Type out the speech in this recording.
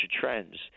trends